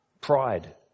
pride